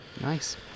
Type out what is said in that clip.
Nice